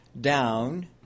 down